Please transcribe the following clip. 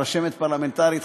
רשמת פרלמנטרית,